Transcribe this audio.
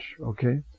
Okay